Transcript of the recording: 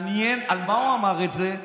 מעניין, על מה הוא אמר את זה?